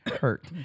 hurt